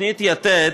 בתוכנית יתד